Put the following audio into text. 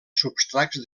substrats